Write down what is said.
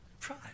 Try